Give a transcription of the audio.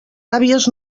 àvies